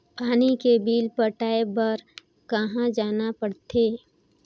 पानी के बिल पटाय बार कहा जाना पड़थे?